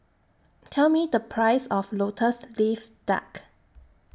Tell Me The Price of Lotus Leaf Duck